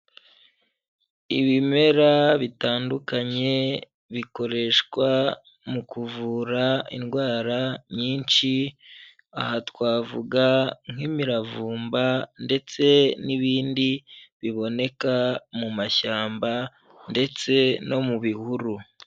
Ibimera bitandukanye bikoreshwa mu kuvura indwara nyinshi, aha twavuga nk'imiravumba ndetse n'ibindi biboneka mu mashyamba ndetse no mu bihuru.